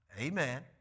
Amen